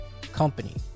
company